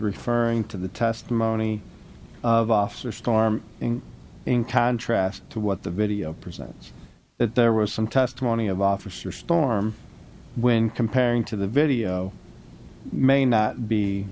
referring to the testimony of officer storm in contrast to what the video presents that there was some testimony of officer storm when comparing to the video may not be